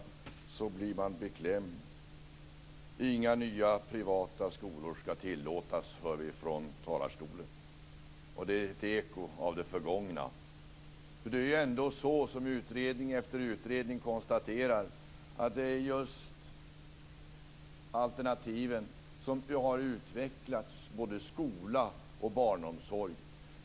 Vi kan från talarstolen höra att inga nya privata skolor skall tillåtas. Det är ett eko av det förgångna. I utredning efter utredning konstaterar man att det är just med hjälp av alternativen som skolan och barnomsorgen har utvecklats.